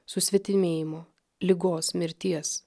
susvetimėjimo ligos mirties